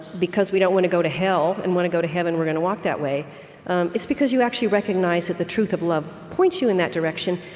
because we don't want to go to hell and want to go to heaven, we're gonna walk that way it's because you actually recognize that the truth of love points you in that direction.